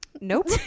nope